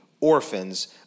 orphans